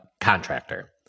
contractor